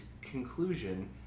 conclusion